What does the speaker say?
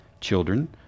Children